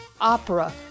opera